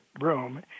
room